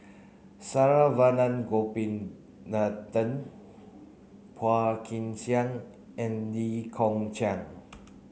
Saravanan Gopinathan Phua Kin Siang and Lee Kong Chian